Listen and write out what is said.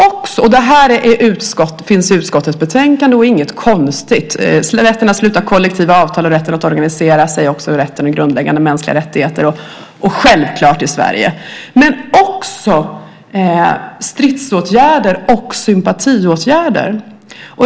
Det här finns skrivet i utskottets betänkande och är inget konstigt. Det är något självklart i Sverige, liksom också stridsåtgärderna och sympatiåtgärderna.